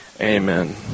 Amen